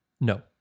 No